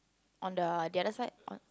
on the the other side on